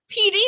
PD